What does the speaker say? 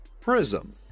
prism